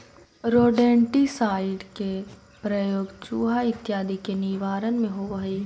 rodenticide के प्रयोग चुहा इत्यादि के निवारण में होवऽ हई